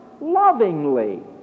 lovingly